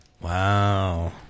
Wow